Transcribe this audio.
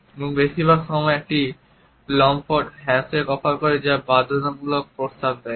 এবং বেশিরভাগ সময় হয় একটি নরম হ্যান্ডশেক অফার করে বা বাধ্যতামূলক প্রস্তাব দেয়